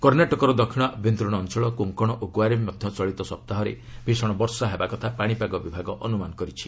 କର୍ଷ୍ଣାଟକର ଦକ୍ଷିଣ ଆଭ୍ୟନ୍ତରୀଣ ଅଞ୍ଚଳ କୋଙ୍କଣ ଓ ଗୋଆରେ ମଧ୍ୟ ଚଳିତ ସପ୍ତାହରେ ଭିଷଣ ବର୍ଷା ହେବା କଥା ପାଣିପାଗ ବିଭାଗ ଅନୁମାନ କରିଛି